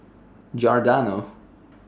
Giordano